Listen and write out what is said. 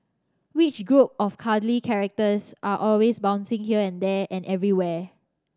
which group of cuddly characters are always bouncing here and there and everywhere